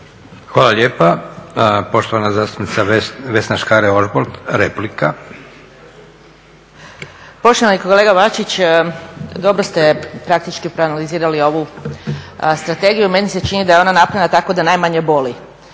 Hvala lijepa. Poštovana zastupnica Vesna Škare-Ožbolt, replika. **Škare Ožbolt, Vesna (DC)** Poštovani kolega Bačić dobro ste praktički proanalizirali ovu strategiju. Meni se čini da je ona napravljena tako da najmanje boli,